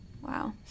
Wow